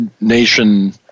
nation